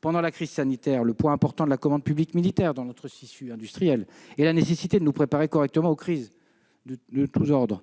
pendant la crise sanitaire, le poids important de la commande publique militaire dans notre tissu industriel et la nécessité de nous préparer correctement aux crises de tous ordres